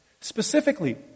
specifically